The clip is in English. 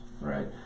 right